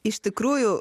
iš tikrųjų